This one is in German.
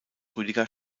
rüdiger